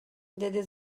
деди